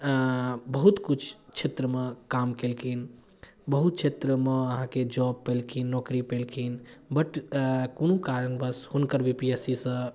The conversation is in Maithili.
बहुत किछु क्षेत्रमे काम कैलखिन बहुत क्षेत्रमे अहाँकेँ जॉब पैलखिन नौकरी पैलखिन बट कोनो कारणवस हुनकर बी पी एस सी सँ